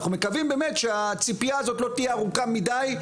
אנחנו מקווים באמת שהציפייה הזאת לא תהיה ארוכה מידי,